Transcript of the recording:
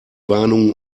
warnungen